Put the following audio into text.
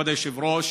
כבוד היושב-ראש,